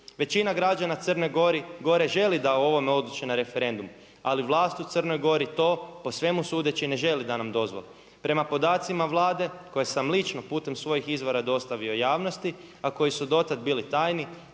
Većina građana Crne Gore želi da oni odluče na referendumu ali vlasti u Crnoj Gori to po svemu sudeći ne žele da nam dozvole. Prema podacima Vlade koje sam lično putem svojih izvora dostavio javnosti, a koji su do tad bili tajni